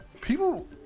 People